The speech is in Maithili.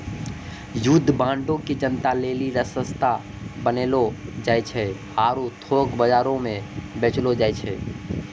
युद्ध बांडो के जनता लेली सस्ता बनैलो जाय छै आरु थोक बजारो मे बेचलो जाय छै